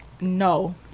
No